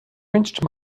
wrenched